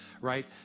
right